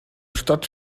stadt